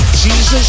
Jesus